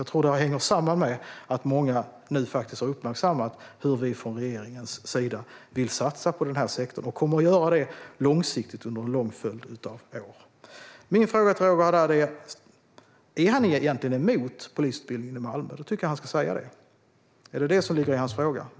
Jag tror att det hänger samman med att många nu har uppmärksammat hur vi från regeringens sida vill satsa på den här sektorn och kommer att göra det långsiktigt under en lång följd av år. Min första fråga till Roger Haddad är: Är han egentligen emot polisutbildningen i Malmö? Då tycker jag att han ska säga det. Är det detta som ligger i hans fråga?